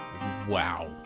Wow